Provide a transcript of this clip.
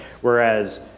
whereas